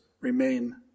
remain